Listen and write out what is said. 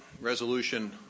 resolution